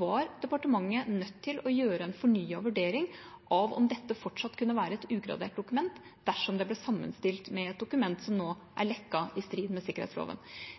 var departementet nødt til å gjøre en fornyet vurdering av om dette fortsatt kunne være et ugradert dokument dersom det ble sammenstilt med et dokument som nå er lekket, i strid med sikkerhetsloven.